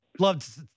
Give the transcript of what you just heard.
Love